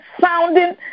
sounding